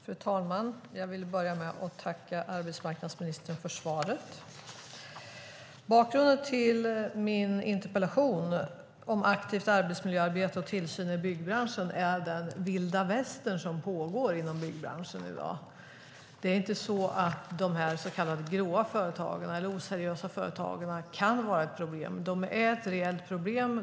Fru talman! Jag vill börja med att tacka arbetsmarknadsministern för svaret. Bakgrunden till min interpellation om aktivt arbetsmiljöarbete och tillsyn i byggbranschen är den vilda västern som råder inom byggbranschen i dag. Det är inte så att de så kallade grå företagen eller oseriösa företagen kan vara ett problem. De är ett reellt problem.